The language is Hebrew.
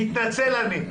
מתנצל אני.